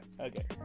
Okay